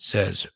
Says